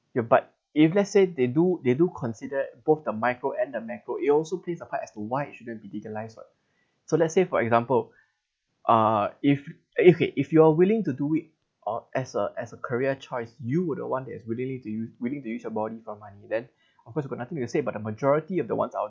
you but if let's say they do they do consider both the micro and the macro it also plays a part as to why it shouldn't be legalised [what] so let's say for example uh if okay if you are willing to do it or as a as a career choice you would want is willingly to use willing to use your body for money then of course got nothing to say but a majority of the ones out